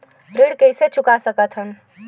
ऋण कइसे चुका सकत हन?